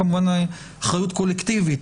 כמובן אחריות קולקטיבית,